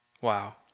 wow